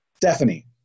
Stephanie